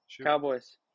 Cowboys